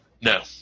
No